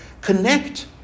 connect